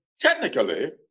technically